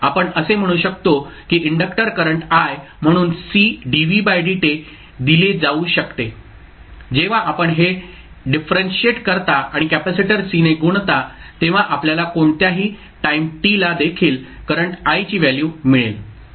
आपण असे म्हणू शकतो की इंडक्टर करंट i म्हणून C dvdt दिले जाऊ शकते जेव्हा आपण हे डिफरंटन्शियेट करता आणि कॅपेसिटर C ने गुणता तेव्हा आपल्याला कोणत्याही टाईम t ला देखील करंट i ची व्हॅल्यू मिळेल